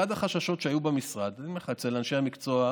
אחד החששות שהיו במשרד אצל אנשי המקצוע,